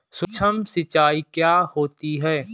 सुक्ष्म सिंचाई क्या होती है?